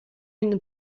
une